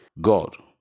god